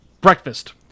Breakfast